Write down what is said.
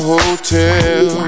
Hotel